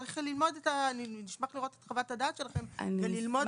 צריך ללמוד את ה- אני אשמח לראות את חוות הדעת שלכם וללמוד